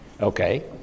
Okay